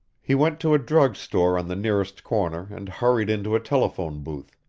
he went to a drug store on the nearest corner and hurried into a telephone booth.